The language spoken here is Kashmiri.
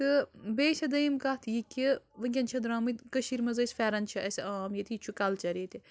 تہٕ بیٚیہِ چھِ دوٚیِم کَتھ یہِ کہِ وٕنکٮ۪ن چھِ دَرامٕتۍ کٔشیٖرِ منٛز اَسہِ پھٮ۪رن چھِ اَسہِ عام ییٚتہِ یہِ چھُ کلچر ییٚتہِ